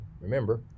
remember